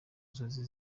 nzozi